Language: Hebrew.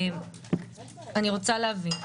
אני רוצה להבין,